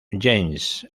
james